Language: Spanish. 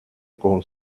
con